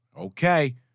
Okay